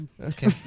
Okay